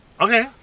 Okay